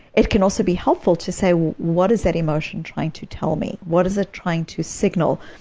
it can also be helpful to say, what is that emotion trying to tell me? what is it trying to signal?